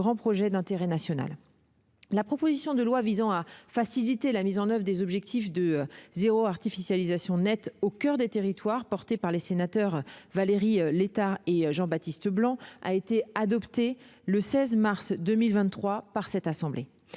grands projets d'intérêt national. La proposition de loi visant à faciliter la mise en oeuvre des objectifs de « zéro artificialisation nette » au coeur des territoires, déposée par les sénateurs Valérie Létard et Jean-Baptiste Blanc, a été adoptée le 16 mars 2023 par la Haute Assemblée.